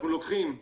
אנחנו לוקחים התקן,